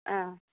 ஆ